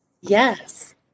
Yes